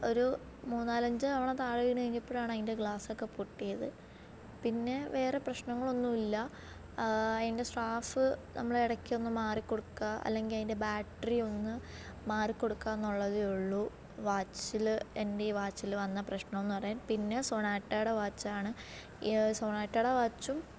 ഒരു മൂന്നുനാലഞ്ച് തവണ താഴേ വീണ് കഴിഞ്ഞപ്പോഴാണ് അതിൻ്റെ ഗ്ലാസ് ഒക്കെ പൊട്ടിയത് പിന്നെ വേറെ പ്രശ്നങ്ങളൊന്നും ഇല്ല അതിൻ്റെ സ്ട്രാഫ് നമ്മൾ ഇടയ്ക്ക് ഒന്ന് മാറി കൊടുക്കുക അല്ലെങ്കിൽ അതിൻ്റെ ബാക്റ്ററി ഒന്ന് മാറി കൊടുക്കുക എന്നുള്ളതേ ഉള്ളൂ വാച്ചിൽ എൻ്റെ ഈ വാച്ചിൽ വന്ന പ്രശ്നം എന്ന് പറയാൻ പിന്നെ സൊണാറ്റയുടെ വാച്ച് ആണ് ഈ സൊണാറ്റയുടെ വാച്ചും